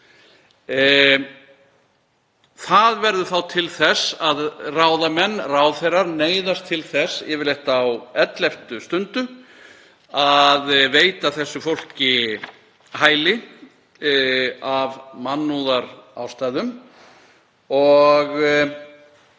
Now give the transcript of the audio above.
Það verður þá til þess að ráðamenn, ráðherrar, neyðast til þess, yfirleitt á elleftu stundu, að veita þessu fólki hæli af mannúðarástæðum,